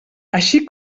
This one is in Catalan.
així